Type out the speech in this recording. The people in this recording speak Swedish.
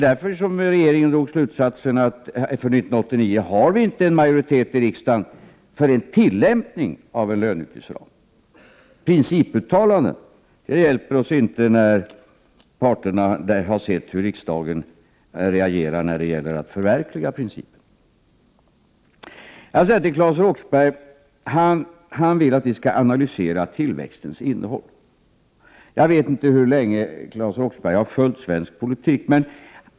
Därför drog regeringen slutsatsen att vi för 1989 inte har majoritet i riksdagen för tillämpning av en löneutgiftsram. Principuttalanden hjälper oss inte när parterna har sett hur riksdagen reagerar när det gäller att förverkliga principen. Claes Roxbergh vill att vi skall analysera tillväxtens innehåll. Jag vet inte hur länge Claes Roxbergh har följt svensk politik.